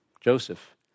Joseph